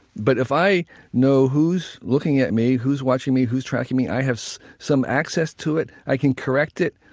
but if i know who's looking at me, who's watching me, who's tracking me, i have some access to it, i can correct it,